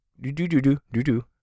Do-do-do-do-do-do